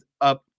up